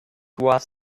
was